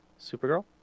Supergirl